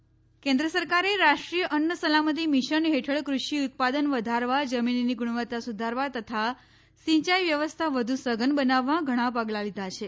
અન્ન સલામતી કેન્દ્ર સરકારે રાષ્ટ્રીય અન્ન સલામતી મિશન હેઠળ કૃષિ ઉત્પાદન વધારવા જમીનની ગુણવત્તા સુધારવા તથા સિંચાઇ વ્યવસ્થા વધુ સઘન બનાવવા ઘણા પગલા લીધા છે